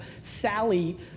Sally